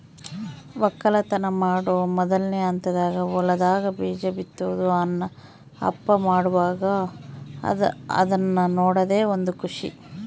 ವಕ್ಕಲತನ ಮಾಡೊ ಮೊದ್ಲನೇ ಹಂತದಾಗ ಹೊಲದಾಗ ಬೀಜ ಬಿತ್ತುದು ನನ್ನ ಅಪ್ಪ ಮಾಡುವಾಗ ಅದ್ನ ನೋಡದೇ ಒಂದು ಖುಷಿ